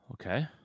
Okay